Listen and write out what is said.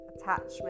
attachment